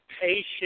patient